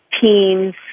teams